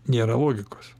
nėra logikos